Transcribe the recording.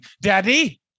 Daddy